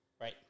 Right